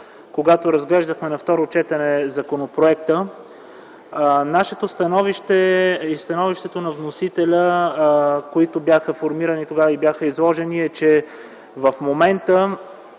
когато разглеждахме законопроекта на второ четене. Нашето становище и становището на вносителя, които бяха формирани тогава и бяха изложени, е, че в момента